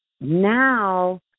now